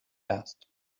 asked